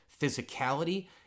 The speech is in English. physicality